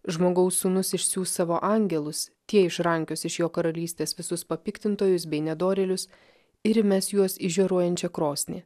žmogaus sūnus išsiųs savo angelus tie išrankios iš jo karalystės visus papiktintojus bei nedorėlius ir įmes juos į žioruojančią krosnį